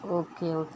okay okay